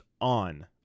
on